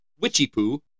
witchy-poo